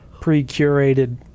pre-curated